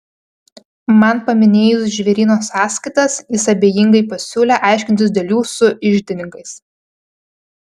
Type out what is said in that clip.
man paminėjus žvėryno sąskaitas jis abejingai pasiūlė aiškintis dėl jų su iždininkais